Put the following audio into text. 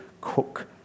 cook